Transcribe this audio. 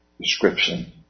description